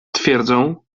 twierdzą